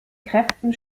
kräften